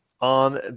on